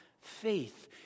faith